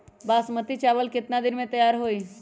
बासमती चावल केतना दिन में तयार होई?